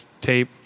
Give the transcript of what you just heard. tape